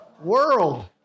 World